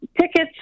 tickets